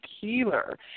healer